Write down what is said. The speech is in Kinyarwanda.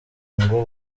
ngo